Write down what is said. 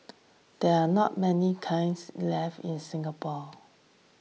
there are not many kilns left in Singapore